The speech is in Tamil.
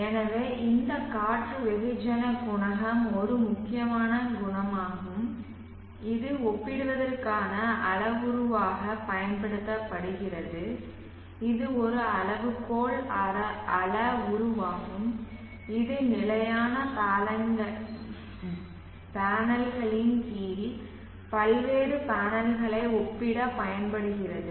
எனவே இந்த காற்று வெகுஜன குணகம் ஒரு முக்கியமான குணகம் ஆகும் இது ஒப்பிடுவதற்கான அளவுருவாகப் பயன்படுத்தப்படுகிறது இது ஒரு அளவுகோல் அளவுருவாகும் இது நிலையான பேனல்களின் கீழ் பல்வேறு பேனல்களை ஒப்பிட பயன்படுகிறது